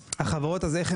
החברות האלה לא